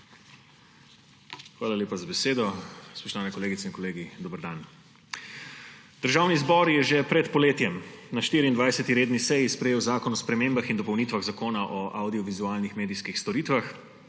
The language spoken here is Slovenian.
Hvala lepa za besedo. Spoštovani kolegice in kolegi, dober dan! Državni zbor je že pred poletjem na 24. redni seji sprejel Zakon o spremembah in dopolnitvah zakona o avdio vizualnih medijskih storitvah,